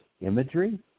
imagery